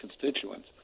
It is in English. constituents